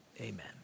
Amen